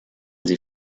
sie